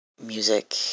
music